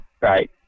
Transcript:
right